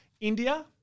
India